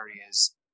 areas